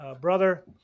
Brother